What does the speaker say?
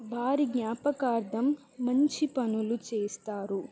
వారి జ్ఞాపకార్థం మంచి పనులు చేస్తారు